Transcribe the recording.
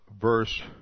verse